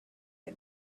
had